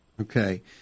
okay